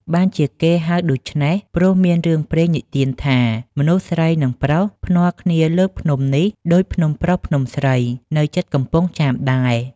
បានជាគេហៅដូច្នេះ ព្រោះមានរឿងព្រេងនិទានថា មនុស្សស្រី និង ប្រុស ភ្នាល់គ្នាលើកភ្នំនេះ ដូច "ភ្នំស្រីភ្នំប្រុស" នៅជិតកំពង់ចាមដែរ